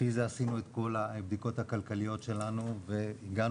לפי זה עשינו את כל הבדיקות הכלכליות שלנו והגענו